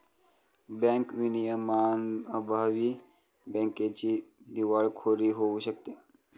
bank विनियमांअभावी बँकेची दिवाळखोरी होऊ शकते